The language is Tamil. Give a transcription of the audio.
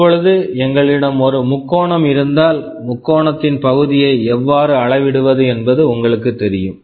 இப்போது எங்களிடம் ஒரு முக்கோணம் இருந்தால் முக்கோணத்தின் பகுதியை எவ்வாறு அளவிடுவது என்பது உங்களுக்குத் தெரியும்